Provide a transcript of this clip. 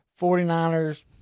49ers